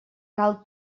cal